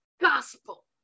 gospel